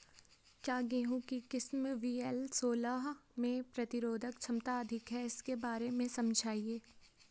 क्या गेहूँ की किस्म वी.एल सोलह में प्रतिरोधक क्षमता अधिक है इसके बारे में समझाइये?